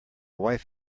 wife